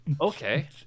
okay